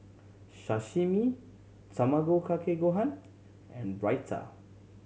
Sashimi Tamago Kake Gohan and Raita